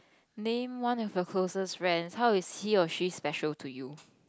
name one of your closest friends how is he or she special to you